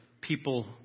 people